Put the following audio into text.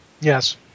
Yes